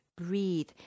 breathe